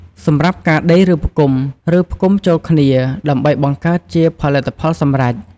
សម្រាប់ការដេរ ឬផ្គុំ ផ្នែកស្បែកត្រូវបានដេរភ្ជាប់គ្នា ឬផ្គុំចូលគ្នាដើម្បីបង្កើតជាផលិតផលសម្រេច។